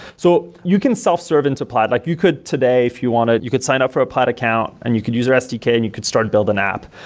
so you can self-serve into plaid. like you could, today, if you wanted, you could sign up for a plaid account and you could use our sdk and you could start building app,